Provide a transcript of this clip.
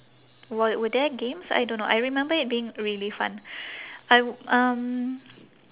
were were there games I don't know I remember it being really fun I um